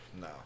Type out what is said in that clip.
No